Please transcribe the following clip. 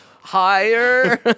Higher